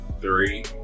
Three